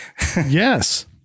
Yes